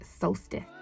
solstice